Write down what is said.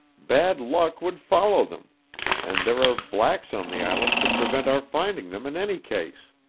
bad luck would follow them and there are blacks on the island to prevent our finding them, in any case.